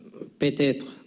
Peut-être